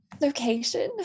...location